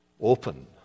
open